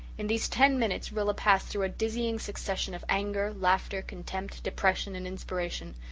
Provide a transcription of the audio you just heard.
in these ten minutes rilla passed through a dizzying succession of anger, laughter, contempt, depression and inspiration.